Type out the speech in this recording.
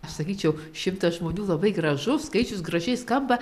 aš sakyčiau šimtas žmonių labai gražus skaičius gražiai skamba